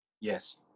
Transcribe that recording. Yes